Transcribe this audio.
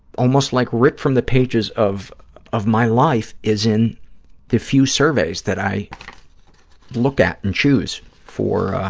almost like ripped from the pages of of my life is in the few surveys that i look at and choose for